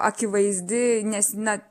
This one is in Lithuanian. akivaizdi nes na